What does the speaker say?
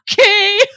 Okay